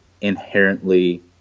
inherently